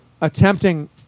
attempting